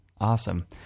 Awesome